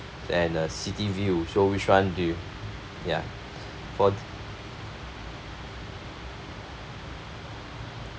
and a city view so which [one] do you ya for